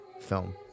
film